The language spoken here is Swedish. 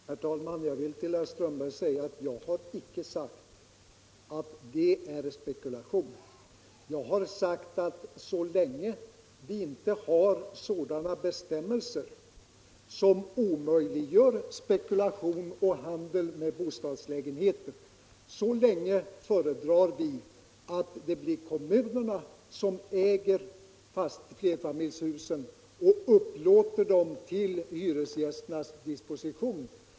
Herr talman! Till herr Strömberg i Botkyrka vill jag säga att jag inte har kallat detta spekulation. Men så länge det inte finns bestämmelser, som omöjliggör spekulation och handel med bostadslägenheter, föredrar vi att kommunerna äger flerfamiljshusen och ställer dem till hyresgästernas disposition.